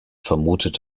vermutet